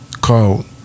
called